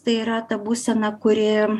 tai yra ta būsena kuri